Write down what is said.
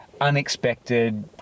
unexpected